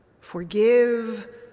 forgive